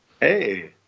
Hey